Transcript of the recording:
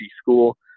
school